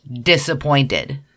disappointed